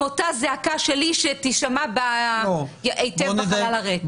עם אותה זעקה שלי שתישמע היטב בחלל הריק.